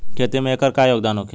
खेती में एकर का योगदान होखे?